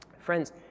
Friends